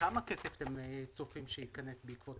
כמה כסף אתם צופים שייכנס בעקבות